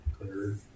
Clear